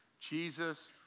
Jesus